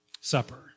Supper